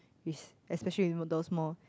yes especially you know those more